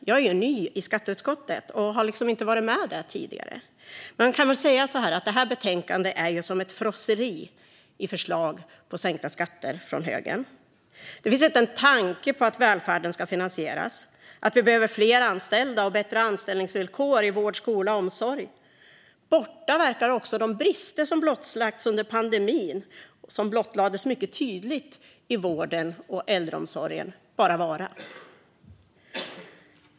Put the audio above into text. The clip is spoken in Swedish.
Jag är ju ny i skatteutskottet och har inte varit med tidigare, men man kan väl säga att betänkandet är ett frosseri i förslag från högern om sänkta skatter. Det finns inte en tanke på att välfärden ska finansieras och att vi behöver fler anställda och bättre anställningsvillkor i vård, skola och omsorg. De brister i vården och äldreomsorgen som blottlades mycket tydligt under pandemin verkar också vara helt borta.